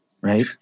right